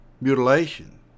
mutilation